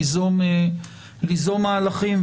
ליזום מהלכים,